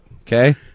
Okay